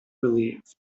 relieved